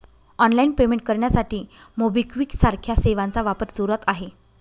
online payment करण्यासाठी MobiKwik सारख्या सेवांचा वापर जोरात आहे